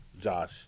Josh